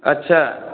अच्छा